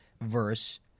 verse